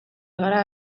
gara